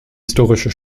historische